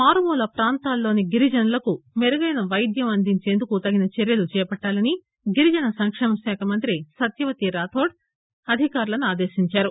మారమూల ప్రాంతాల్లోని గిరిజనులకు మెరుగైన పైద్యం అందించేందుకు తగిన చర్యలు చేపట్టాలని గిరిజన సంకేమ శాఖ మంత్రి సత్యవతి రాథోడ్ అధికారులను ఆదేశించారు